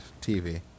TV